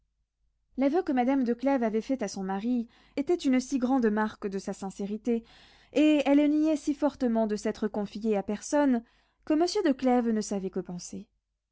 l'aveu que madame de clèves avait fait à son mari était une si grande marque de sa sincérité et elle niait si fortement de s'être confiée à personne que monsieur de clèves ne savait que penser